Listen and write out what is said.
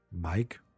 Mike